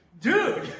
dude